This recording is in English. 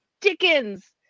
dickens